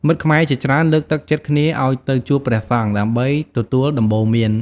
មិត្តខ្មែរជាច្រើនលើកទឹកចិត្តគ្នាឲ្យទៅជួបព្រះសង្ឃ ដើម្បីទទួលដំបូន្មាន។